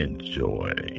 Enjoy